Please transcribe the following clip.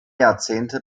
jahrzehnte